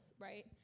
right